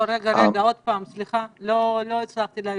רגע, לא הצלחתי להבין: